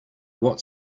what